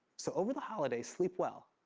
so over the holidays, sleep well.